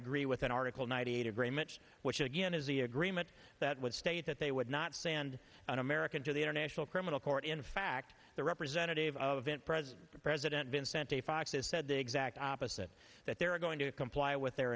agree with an article ninety eight agreement which again is the agreement that would state that they would not stand an american to the international criminal court in fact the representative of it president the president been sent a fax has said the exact opposite that they're going to comply with their